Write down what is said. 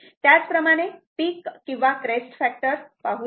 त्याचप्रमाणे पिक किंवा crest factor पाहू